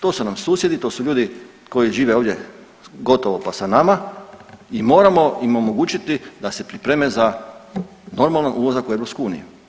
To su nam susjedi, to su ljudi koji žive ovdje gotovo pa sa nama i moramo im omogućiti da se pripreme za normalan ulazak u EU.